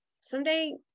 someday